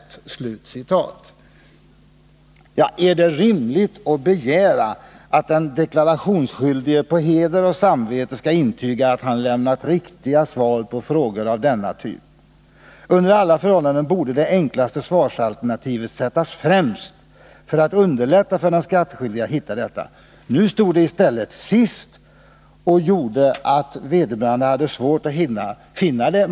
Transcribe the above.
Är det rimligt att begära att den deklarationsskyldige på heder och samvete skall intyga att han lämnat riktiga uppgifter med uträkningar av denna typ? Under alla förhållanden borde det enklaste svarsalternativet sättas främst så att man underlättar för den skattskyldige att hitta det. Nu stod det i stället sist i blanketten, och det gjorde att det var svårt att komma fram till det.